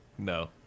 No